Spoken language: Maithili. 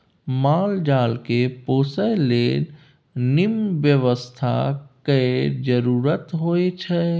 माल जाल केँ पोसय लेल निम्मन बेवस्था केर जरुरत होई छै